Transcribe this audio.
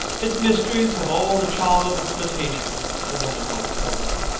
its mysteries have all the charm of a flirtation, a woman once told me,